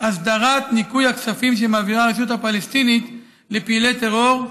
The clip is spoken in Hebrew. הסדרת ניכוי הכספים שמעבירה הרשות הפלסטינית לפעילי טרור,